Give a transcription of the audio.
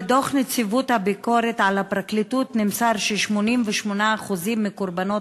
בדוח נציבות הביקורת על הפרקליטות נמסר ש-88% מקורבנות